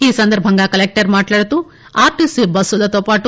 ఈ సందర్బంగా కలెక్టర్ మాట్లాడుతూ ఆర్టీసీ బస్సులతో పాటు